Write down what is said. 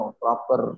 proper